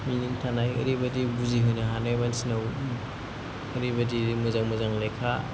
मिनिं थानाय ओरैबायदि बुजिहोनो हानाय मानसिनाव ओरैबायदि मोजां मोजां लेखा